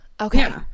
Okay